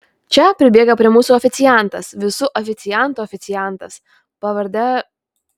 čia pribėga prie mūsų oficiantas visų oficiantų oficiantas pavarde